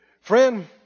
Friend